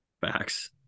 Facts